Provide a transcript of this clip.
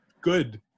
good